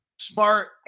Smart